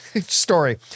story